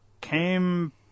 came